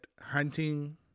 hunting